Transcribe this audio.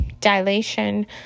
dilation